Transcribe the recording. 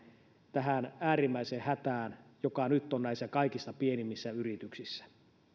tähän äärimmäiseen hätään joka nyt on näissä kaikista pienimmissä yrityksissä